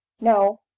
No